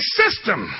system